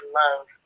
love